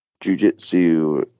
jiu-jitsu